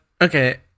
okay